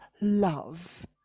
love